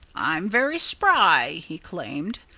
i'm very spry! he claimed.